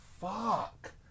fuck